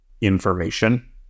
information